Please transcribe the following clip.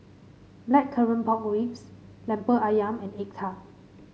Blackcurrant Pork Ribs lemper ayam and egg tart